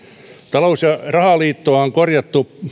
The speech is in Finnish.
talous ja rahaliittoa on korjattu